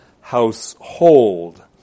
household